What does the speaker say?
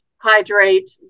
hydrate